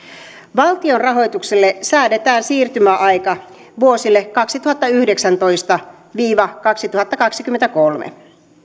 valtion rahoitukselle säädetään siirtymäaika vuosille kaksituhattayhdeksäntoista viiva kaksituhattakaksikymmentäkolme